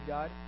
God